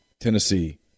Tennessee